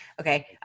Okay